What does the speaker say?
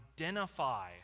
identify